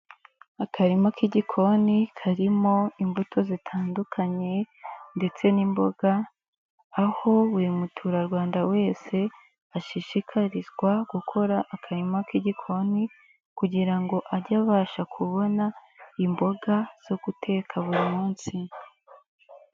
Akarima k'igikoni karimo imbuto zitandukanye ndetse n'imboga, aho buri mutura rwanda wese ashishikarizwa gukora akarima k'igikoni kugira ngo ajye abasha kubona imboga zo guteka buri munsi.